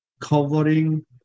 covering